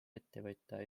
ettevõtja